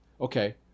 Okay